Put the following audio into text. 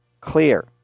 clear